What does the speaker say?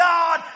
God